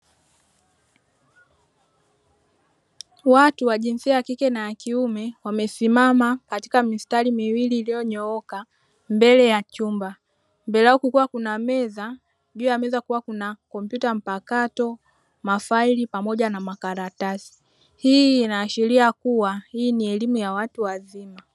Watu wa jinsia ya kike na ya kiume wamesimama katika mistari miwili iliyonyooka mbele ya chumba, mbele yao kukiwa kuna meza juu ya meza kukiwa kuna kompyuta mpakato, mafaili pamoja na makaratasi, hii inaashiria kuwa hii ni elimu ya watu wazima.